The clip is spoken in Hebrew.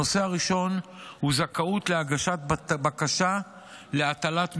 הנושא הראשון הוא זכאות להגשת בקשה להטלת הגבלות.